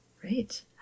Great